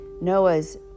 Noah's